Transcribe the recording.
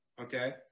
Okay